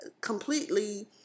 completely